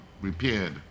repaired